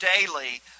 daily